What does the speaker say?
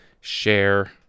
share